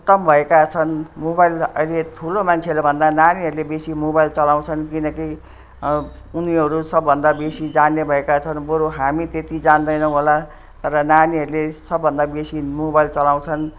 उत्तम भएका छन् मोबाइल अहिले ठुलो मान्छेले भन्दा नानीहरूले बेसी मोबाइल चलाउँछन् किनकि उनीहरू सबभन्दा बेसी जान्ने भएका छन् बरु हामी त्यति जान्दैनौँ होला तर नानीहरूले सबभन्दा बेसी मोबाइल चलाउँछन्